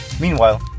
Meanwhile